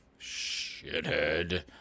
shithead